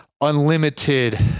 unlimited